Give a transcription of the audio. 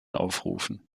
aufrufen